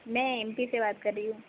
मैं M P से बात कर रही हूँ